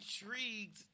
intrigued